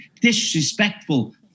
disrespectful